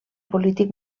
polític